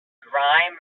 grime